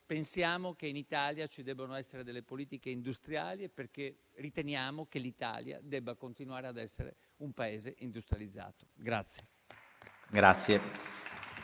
pensiamo che in Italia ci debbano essere delle politiche industriali e perché riteniamo che l'Italia debba continuare ad essere un Paese industrializzato.